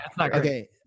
Okay